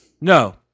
No